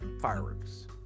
fireworks